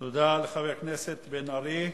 תודה לחבר הכנסת בן-ארי.